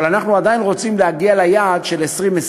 אבל אנחנו רוצים להגיע ליעד של 2020,